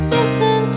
Listen